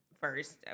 first